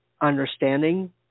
understanding